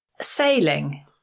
sailing